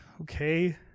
okay